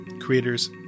creators